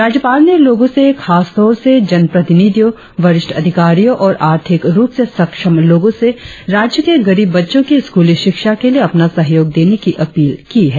राज्यपाल ने लोगों से खासतौर से जन प्रतिनिधियों वरिष्ठ अधिकारियों और आर्थिक रुप से सक्षम लोगों से राज्य के गरीब बच्चों के स्कूली शिक्षा के लिए अपना सहयोग देने की अपील की है